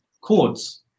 chords